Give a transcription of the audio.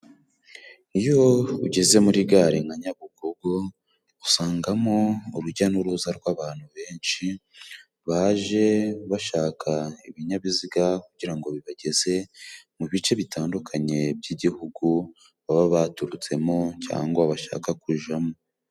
Iyo ugeze muri gare nka Nyabugogo usangamo urujya n'uruza rw'abantu benshi, baje bashaka ibinyabiziga kugirango bibageze mu bice bitandukanye by'igihugu, baba baturutsemo cyangwa bashaka kujamo.